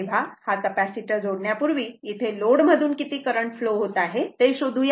तेव्हा हा कपॅसिटर जोडण्या पूर्वी इथे लोड मधून किती करंट फ्लो होत आहे ते शोधूया